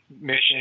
mission